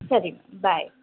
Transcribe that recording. ಸರಿ ಮ್ಯಾಮ್ ಬಾಯ್